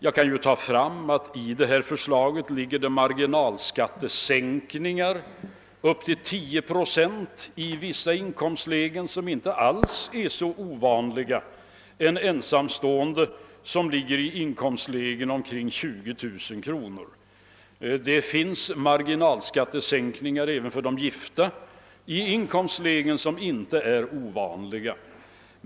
Jag kan ju nämna att det i förslaget ligger marginalsänkningar på upp till 10 procent i vissa inkomstlägen som inte alls är så ovanliga, t.ex. för ensamstående som har en inkomst på omkring 20 000 kr. Det finns marginalskattesänkningar även för de gifta i inkomstlägen som inte är ovanliga.